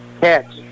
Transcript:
catch